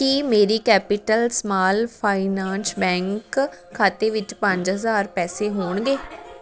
ਕੀ ਮੇਰੀ Capital Small Finance Bank ਖਾਤੇ ਵਿੱਚ ਪੰਜ ਹਜ਼ਾਰ ਪੈਸੇ ਹੋਣਗੇ